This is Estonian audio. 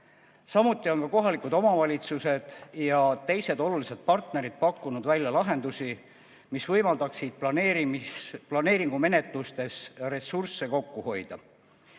Samuti on kohalikud omavalitsused ja teised olulised partnerid pakkunud välja lahendusi, mis võimaldaksid planeeringumenetlustes ressursse kokku hoida.